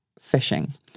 phishing